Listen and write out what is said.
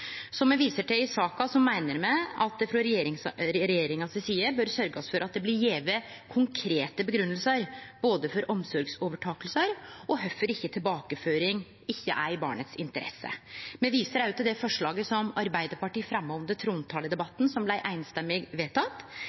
Som me viser til i saka, meiner me at det frå regjeringa si side bør sørgjast for at det blir gjeve konkrete grunngjevingar både for omsorgsovertaking og for kvifor tilbakeføring ikkje er i barnets interesse. Me viser òg til det forslaget som Arbeidarpartiet fremja under trontaledebatten, og som blei